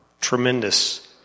Tremendous